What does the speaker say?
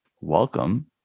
welcome